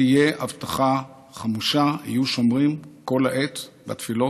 תהיה אבטחה חמושה ויהיו שומרים כל העת בתפילות,